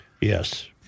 Yes